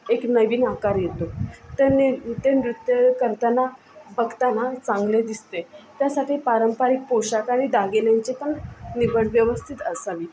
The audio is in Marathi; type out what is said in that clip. एक नवीन आकार येतो त्यांनी ते नृत्य करताना बघताना चांगले दिसते त्यासाठी पारंपारिक पोषाख आणि दागिन्यांचीपण निवड व्यवस्थित असावी